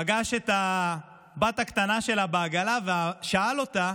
פגש את הבת הקטנה שלה בעגלה, שאל אותה